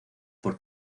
por